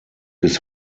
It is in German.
bis